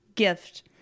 gift